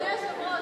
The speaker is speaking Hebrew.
אדוני היושב-ראש,